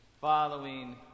following